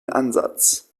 ansatz